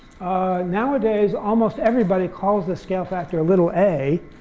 nowadays almost everybody calls this scale factor little a.